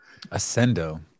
Ascendo